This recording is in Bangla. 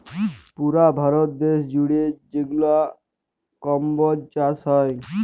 পুরা ভারত দ্যাশ জুইড়ে যেগলা কম্বজ চাষ হ্যয়